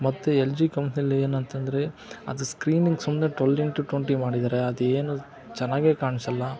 ಮತ್ತು L G ಕಂಪ್ನಿಯಲ್ಲಿ ಏನಂತಂದರೆ ಅದು ಸ್ಕ್ರೀನಿಂಗ್ ಸುಮ್ಮನೆ ಟ್ವಲ್ ಇನ್ಟು ಟ್ವಂಟಿ ಮಾಡಿದ್ದಾರೆ ಅದು ಏನೂ ಚೆನ್ನಾಗೇ ಕಾಣ್ಸೋಲ್ಲ